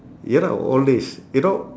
ya lah old days you know